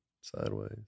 sideways